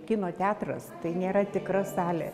kino teatras tai nėra tikra salė